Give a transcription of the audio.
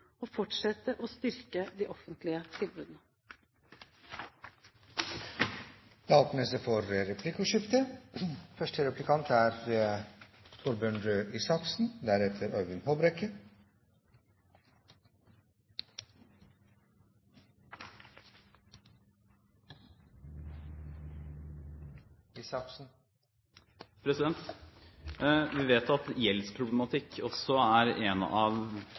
å fortsette å styrke de offentlige tilbudene. Det åpnes for replikkordskifte. Vi vet at gjeldsproblematikk også er en av